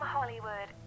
Hollywood